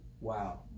wow